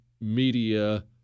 media